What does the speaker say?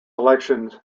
elections